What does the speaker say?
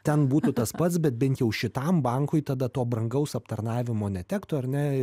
ten būtų tas pats bet bent jau šitam bankui tada to brangaus aptarnavimo netektų ar ne